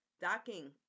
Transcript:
docking